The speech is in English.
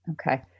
Okay